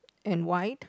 and white